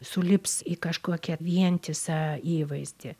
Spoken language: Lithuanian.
sulips į kažkokią vientisą įvaizdį